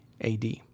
AD